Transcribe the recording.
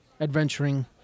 adventuring